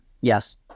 Yes